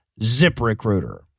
ZipRecruiter